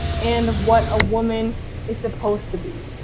and what a woman is supposed to be.